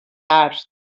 arts